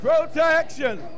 Protection